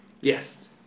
Yes